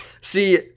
See